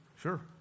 Sure